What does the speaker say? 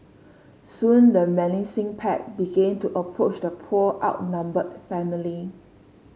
soon the menacing pack began to approach the poor outnumbered family